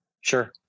Sure